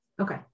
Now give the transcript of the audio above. Okay